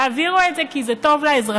תעבירו את זה כי זה טוב לאזרחים.